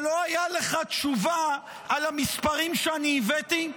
שלא הייתה לך תשובה על המספרים שהבאתי?